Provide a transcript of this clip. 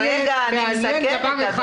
מעניין דבר אחד